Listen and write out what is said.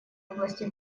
области